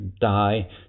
die